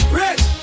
rich